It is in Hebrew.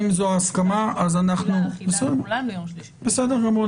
אם זו ההסכמה, בסדר גמור.